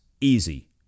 easy